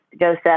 Joseph